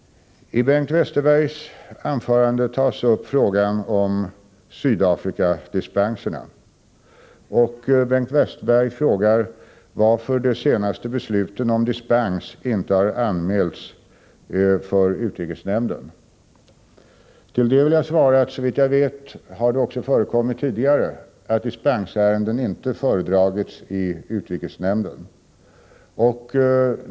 I Bengt Westerbergs anförande tas frågan om Sydafrikadispenserna upp. Bengt Westerberg undrar varför de senaste besluten om dispens inte har anmälts för utrikesnämnden. Såvitt jag vet har det också tidigare förekommit att dispensärenden inte föredragits i utrikesnämnden.